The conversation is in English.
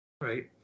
right